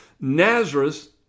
Nazareth